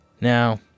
Now